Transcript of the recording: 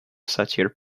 satire